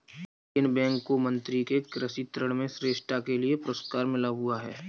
Indian bank को मंत्री से कृषि ऋण में श्रेष्ठता के लिए पुरस्कार मिला हुआ हैं